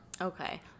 Okay